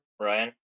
Ryan